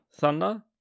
thunder